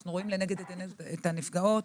אנו רואים לנגד עינינו את הנפגעות.